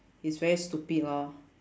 it's very stupid lor